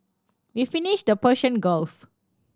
we visited the Persian Gulf